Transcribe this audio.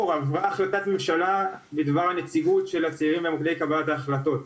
עברה החלטת ממשלה בדבר הנציגות של הצעירים במוקדי קבלת ההחלטות.